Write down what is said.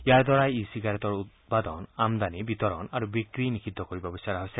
ইয়াৰদ্বাৰা ই চিগাৰেটৰ উৎপাদন আমদানি বিতৰণ আৰু বিক্ৰী নিষিদ্ধ কৰিব বিচৰা হৈছে